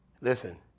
listen